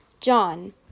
John